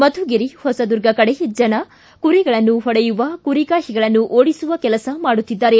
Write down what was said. ಮಧುಗಿರಿ ಹೊಸದುರ್ಗ ಕಡೆ ಜನ ಕುರಿಗಳನ್ನು ಹೊಡೆಯುವ ಕುರಿಗಾಹಿಗಳನ್ನು ಓಡಿಸುವ ಕೆಲಸ ಮಾಡುತ್ತಿದ್ದಾರೆ